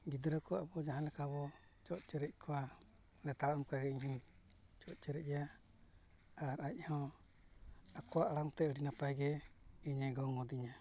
ᱜᱤᱫᱽᱨᱟᱹ ᱠᱚ ᱟᱵᱚ ᱡᱟᱦᱟᱸ ᱞᱮᱠᱟ ᱵᱚᱱ ᱪᱚᱜ ᱪᱮᱨᱮᱡ ᱠᱚᱣᱟ ᱱᱮᱛᱟᱨ ᱚᱱᱠᱟᱜᱮ ᱤᱧ ᱦᱚᱸᱧ ᱪᱚᱜ ᱪᱮᱨᱮᱡ ᱮᱭᱟ ᱟᱨ ᱟᱡᱦᱚᱸ ᱟᱠᱚᱣᱟᱜ ᱟᱲᱟᱝᱛᱮ ᱟᱹᱰᱤ ᱱᱟᱯᱟᱭ ᱜᱮ ᱤᱧᱮ ᱜᱚᱝ ᱦᱚᱫᱤᱧᱟ